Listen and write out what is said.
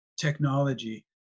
technology